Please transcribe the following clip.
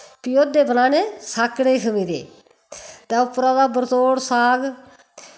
फ्ही ओह्दे बनाने साकड़े खमीरे ते उप्परा दा बरतोड़ साग